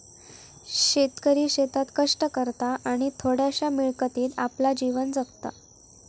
शेतकरी शेतात कष्ट करता आणि थोड्याशा मिळकतीत आपला जीवन जगता